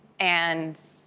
and